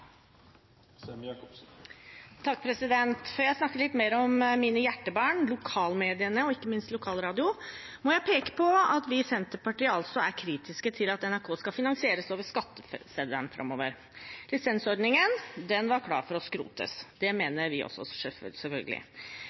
jeg snakker litt mer om mine hjertebarn, lokalmediene og ikke minst lokalradioen, må jeg peke på at vi i Senterpartiet altså er kritiske til at NRK skal finansieres over skatteseddelen framover. Lisensordningen var klar for å skrotes, det mener selvfølgelig vi også,